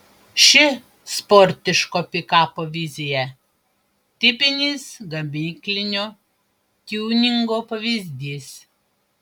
ši sportiško pikapo vizija tipinis gamyklinio tiuningo pavyzdys